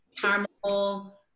caramel